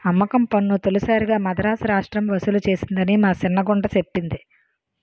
అమ్మకం పన్ను తొలిసారిగా మదరాసు రాష్ట్రం ఒసూలు సేసిందని మా సిన్న గుంట సెప్పింది